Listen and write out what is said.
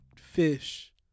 fish